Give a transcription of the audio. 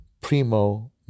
Primo